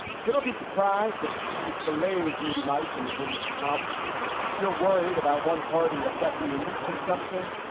so don't be surprised if she falaise meaty mike in the days to come if you're worried about one party affecting your meat consumption.